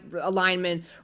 alignment